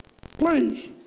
Please